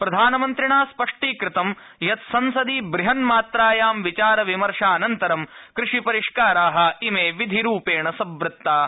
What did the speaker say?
प्रधानमन्त्रिणा स्पष्टीकृतं यत् संसदि बृहन्मात्रायां विचार विमर्शानन्तरं कृषि परिष्कारा इमे विधिरूपेण सवृत्ता